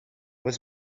was